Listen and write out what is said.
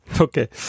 Okay